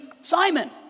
Simon